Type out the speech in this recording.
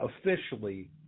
officially